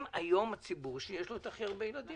הם היום הציבור שיש לו את הכי הרבה ילדים,